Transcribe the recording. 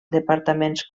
departaments